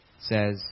says